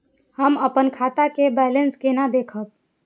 हम अपन खाता के बैलेंस केना देखब?